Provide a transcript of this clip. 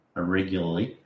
irregularly